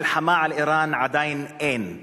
מלחמה על אירן עדיין אין,